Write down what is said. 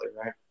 right